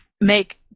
make